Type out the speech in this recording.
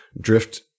drift